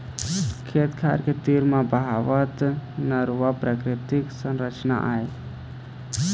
खेत खार तीर बहावत नरूवा प्राकृतिक संरचना आय